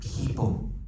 people